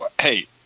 hey